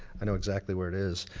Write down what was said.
i know exactly where it is.